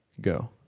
go